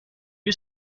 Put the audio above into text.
you